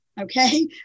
Okay